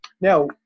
Now